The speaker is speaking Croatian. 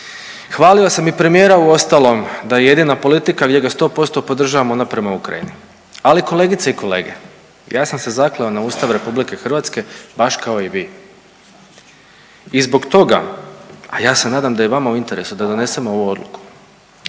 Hvalio sam i premijera uostalom da je jedina politika gdje ga sto posto podržavamo onda prema Ukrajini. Ali kolegice i kolege, ja sam se zakleo na Ustav Republike Hrvatske baš kao i vi. I zbog toga, a ja se nadam da je i vama u interesu da donesemo ovu odluku.